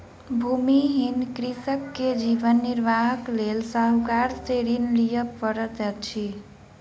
भूमिहीन कृषक के जीवन निर्वाहक लेल साहूकार से ऋण लिअ पड़ैत अछि